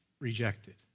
Rejected